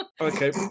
Okay